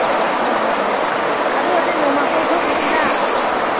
ꯍꯣꯏ ꯍꯣꯏ ꯍꯣꯏ ꯑꯗꯨ ꯑꯣꯏꯔꯗꯤ ꯅꯣꯡꯃ ꯀꯣꯏꯊꯣꯛꯂꯨꯁꯤꯅ